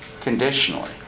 conditionally